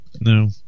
No